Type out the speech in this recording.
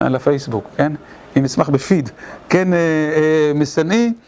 על הפייסבוק, כן? אם נשמח בפיד, כן, מסנאי.